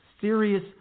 Serious